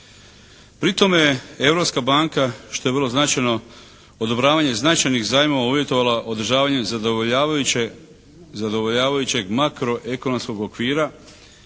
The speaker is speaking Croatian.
Pri tome je Europska banka što je vrlo značajno odobravanje značajnih zajmova uvjetovala održavanjem zadovoljavajućeg makro ekonomskog okvira